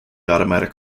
automatic